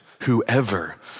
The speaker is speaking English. Whoever